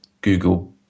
Google